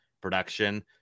production